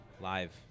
Live